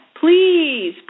please